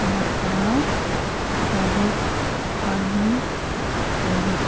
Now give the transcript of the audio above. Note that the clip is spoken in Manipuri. ꯃꯥꯄꯜ ꯇꯔꯦꯠ ꯑꯅꯤ ꯇꯔꯨꯛ